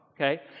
okay